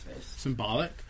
Symbolic